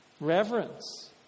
reverence